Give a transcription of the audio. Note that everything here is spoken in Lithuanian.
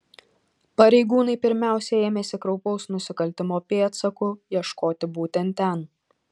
pareigūnai pirmiausia ėmėsi kraupaus nusikaltimo pėdsakų ieškoti būtent ten